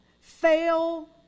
fail